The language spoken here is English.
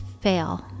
fail